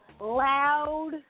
loud